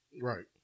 Right